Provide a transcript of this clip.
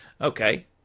Okay